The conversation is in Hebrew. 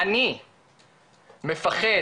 אני מפחד